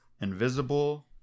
invisible